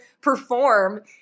perform